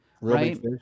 right